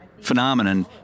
phenomenon